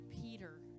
Peter